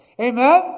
Amen